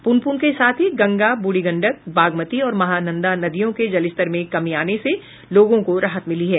पुनपुन के साथ ही गंगा ब्रढ़ी गंडक बागमती और महानंदा नदियों के जलस्तर में कमी आने से लोगों को राहत मिली है